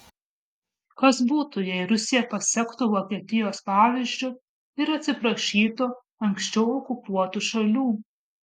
kas būtų jei rusija pasektų vokietijos pavyzdžiu ir atsiprašytų anksčiau okupuotų šalių